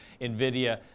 NVIDIA